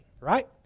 right